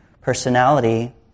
personality